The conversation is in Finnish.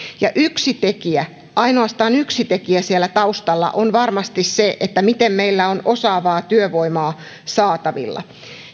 ja yksi tekijä ainoastaan yksi tekijä siellä taustalla on varmasti se miten meillä on osaavaa työvoimaa saatavilla